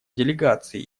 делегаций